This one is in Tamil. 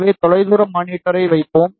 எனவே தொலைதூர மானிட்டரை வைப்போம்